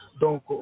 Donc